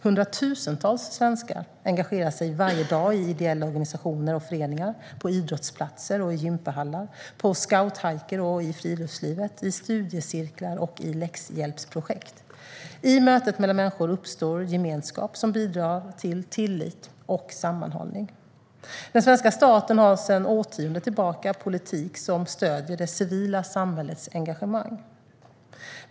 Hundratusentals svenskar engagerar sig varje dag i ideella organisationer och föreningar, på idrottsplatser och i gympahallar, på scouthajker och i friluftslivet, i studiecirklar och i läxhjälpsprojekt. I mötet mellan människor uppstår en gemenskap som bidrar till tillit och sammanhållning. Den svenska staten har sedan årtionden tillbaka en politik som stöder det civila samhällets engagemang.